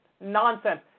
Nonsense